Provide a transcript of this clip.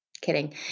Kidding